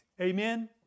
Amen